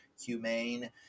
humane